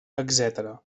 etcètera